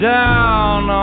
down